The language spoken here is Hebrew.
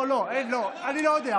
לא, לא, אני לא יודע.